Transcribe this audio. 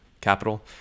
capital